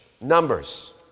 Numbers